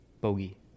Bogey